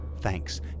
thanks